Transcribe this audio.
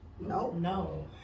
No